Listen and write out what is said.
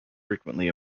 frequently